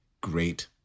great